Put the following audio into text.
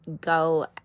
go